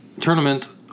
tournament